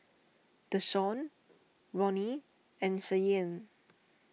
Deshawn Ronny and Cheyenne